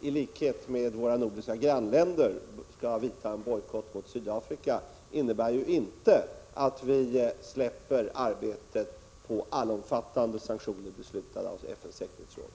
i likhet med våra nordiska grannländer, skall vidta en bojkott mot Sydafrika inte innebär att vi släpper arbetet för allomfattande sanktioner beslutade i FN:s säkerhetsråd.